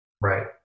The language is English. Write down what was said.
right